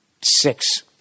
Six